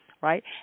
right